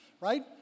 Right